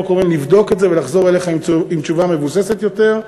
הקרובים ולחזור אליך עם תשובה מבוססת יותר.